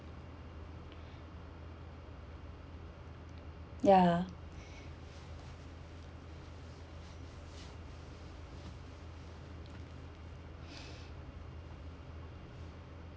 ya